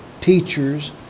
teachers